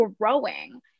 growing